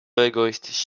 egoistisch